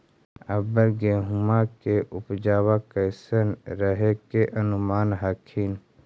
अबर गेहुमा के उपजबा कैसन रहे के अनुमान हखिन?